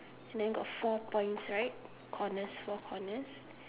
and then got four points right on the four corners